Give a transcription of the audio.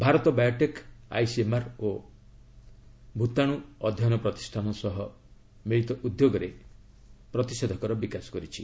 Bharat biotech ICMR ଓ କତେ ଭୂତାଣୁ ଅଧ୍ୟୟନ ପ୍ରତିଷାନ ସହ ମିଳିତ ଉଦ୍ୟୋଗରେ ପ୍ରତିଷେଧକର ବିକାଶ କରିଛି